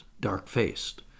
dark-faced